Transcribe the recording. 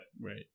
right